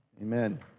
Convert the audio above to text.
Amen